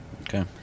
Okay